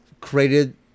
created